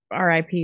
RIP